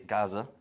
Gaza